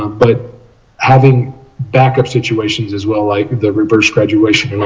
but having backup situations as well like the reverse graduation you know